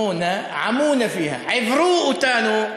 עיוורו אותנו.